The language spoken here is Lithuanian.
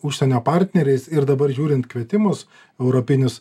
užsienio partneriais ir dabar žiūrint kvietimus europinius